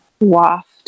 waft